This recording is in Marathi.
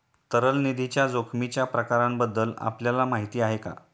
तरल निधीच्या जोखमीच्या प्रकारांबद्दल आपल्याला माहिती आहे का?